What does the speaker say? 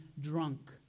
drunk